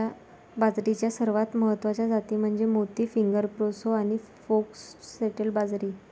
बाजरीच्या सर्वात महत्वाच्या जाती म्हणजे मोती, फिंगर, प्रोसो आणि फॉक्सटेल बाजरी